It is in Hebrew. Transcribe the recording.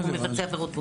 מבצע עבירות.